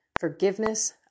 forgiveness